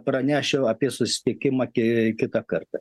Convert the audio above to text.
pranešiu apie susitikimą ki kitą kartą